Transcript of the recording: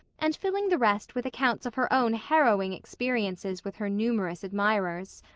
and filling the rest with accounts of her own harrowing experiences with her numerous admirers.